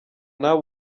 nawe